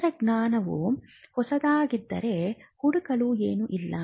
ತಂತ್ರಜ್ಞಾನವು ಹೊಸದಾಗಿದ್ದರೆ ಹುಡುಕಲು ಏನೂ ಇಲ್ಲ